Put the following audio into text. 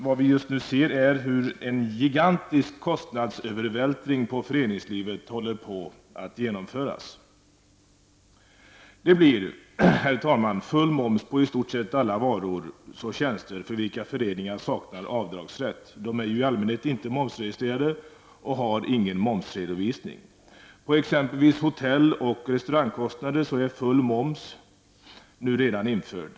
Vad vi just nu ser är hur en gigantisk kostnadsövervältring på föreningslivet håller på att genomföras. Det blir, herr talman, full moms på i stort sett alla varor och tjänster för vilka föreningar saknar avdragsrätt -- de är ju i allmänhet inte momsregistrerade och har ingen momsredovisning. På exempelvis hotell och restaurangkostnader är full moms redan införd.